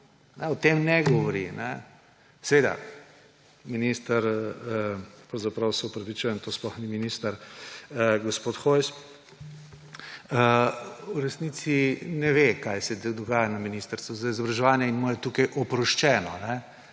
O tem ne govori. Seveda minister, pravzaprav se opravičujem, to sploh ni minister, gospod Hojs, v resnici ne ve, kaj se dogaja na Ministrstvu za izobraževanje in mu je tukaj oproščeno,